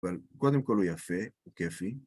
אבל קודם כל הוא יפה וכיפי.